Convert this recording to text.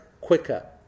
quicker